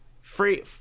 free